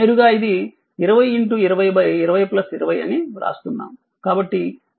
నేరుగా ఇది 20202020 అని వ్రాస్తున్నాము